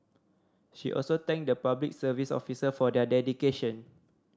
she also thanked the Public Service officer for their dedication